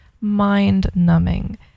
mind-numbing